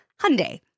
Hyundai